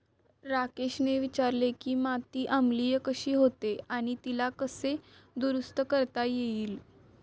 राकेशने विचारले की माती आम्लीय कशी होते आणि तिला कसे दुरुस्त करता येईल?